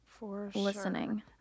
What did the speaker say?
listening